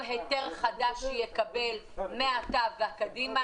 יש תקציב שנתן משרד החקלאות,